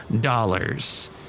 dollars